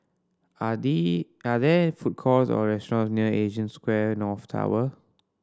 are are there food courts or restaurant near Asia Square North Tower